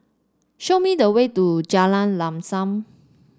show me the way to Jalan Lam Sam